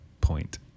point